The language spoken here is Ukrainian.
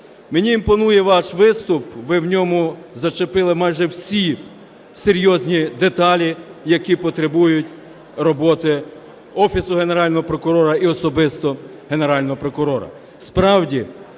Мені імпонує ваш виступ, ви в ньому зачепили майже всі серйозні деталі, які потребують роботи Офісу Генерального прокурора і особисто Генерального прокурора.